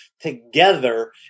together